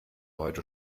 heute